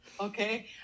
okay